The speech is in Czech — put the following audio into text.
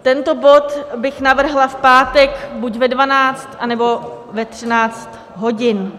Tento bod bych navrhla v pátek buď ve 12, anebo ve 13 hodin.